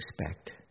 expect